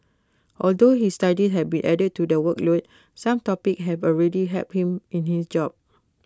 although his studies have be added to the workload some topics have already helped him in his job